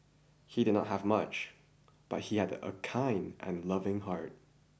he did not have much but he had a kind and loving heart